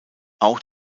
auch